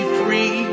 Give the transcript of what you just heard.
free